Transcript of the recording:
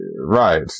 Right